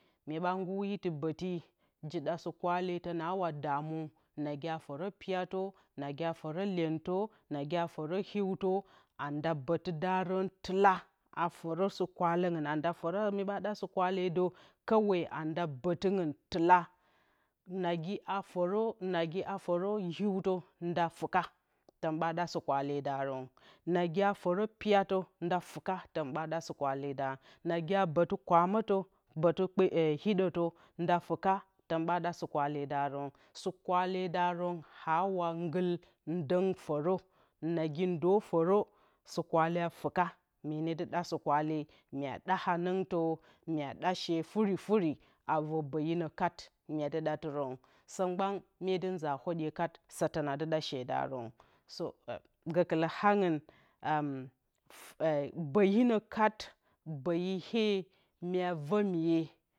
Myeɓa gǝr itɨ bǝti nagi a fǝrǝ piyatǝ nagi a fǝrǝ lyentǝ nagi a fǝrǝ hiutǝ anda bǝtɨdarǝn tɨla ɗa a fǝrǝ sɨkwalǝngɨnmyeɓa ɗa sɨkwalrdǝ kǝwea anda bǝtɨngɨn tɨla nagi a fǝrǝ a fǝrǝ hiutǝnda fɨka tǝn ɓa ɗa sɨkwaledarǝn nagi a fǝrǝ piyatǝ tɨna fuka tǝn ɓa ɗa sɨkwalrdarǝn nagi a bǝtɨ kwamǝtǝ nagi a bǝtɨ hiɗotǝ da fɨka tǝn ɓa ɗa sɨkwaledarǝn. sɨkwaledarǝn aawa ngɨl dǝng fǝrǝ nagi ndǝ fǝrǝ sɨkwale a fɨka mye ne dɨ ɗa sɨ kwalǝngɨn ye ɗa hanɨngtǝ myeɗa shee furi furi avǝr ɓǝyinǝ kat myedɨ datirǝn sǝ mgban myedɨ nza whǝdye kat adɨ ɗa shedarǝn bǝyinǝ kat bǝyi iye mye vǝ miye